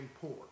poor